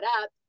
up